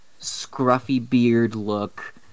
scruffy-beard-look